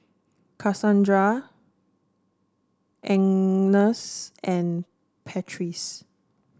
Casandra and Patrice